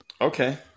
Okay